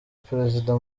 perezida